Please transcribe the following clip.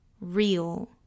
real